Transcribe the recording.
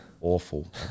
awful